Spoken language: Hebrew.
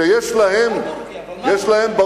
שיש להם, מה טורקיה?